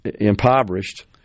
impoverished